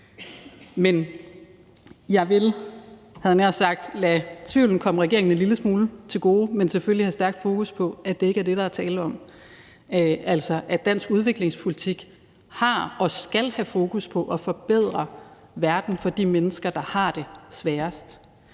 Jeg vil, havde jeg nær sagt, lade tvivlen komme regeringen en lille smule til gode, men selvfølgelig have et stærkt fokus på, at det ikke er det, der er tale om – altså dansk udviklingspolitik har og skal have fokus på at forbedre verden for de mennesker, der har det sværest.